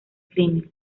crimen